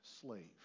slave